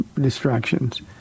distractions